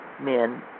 men